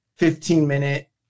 15-minute